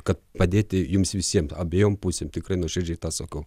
kad padėti jums visiem abiejom pusėm tikrai nuoširdžiai tą sakau